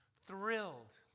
thrilled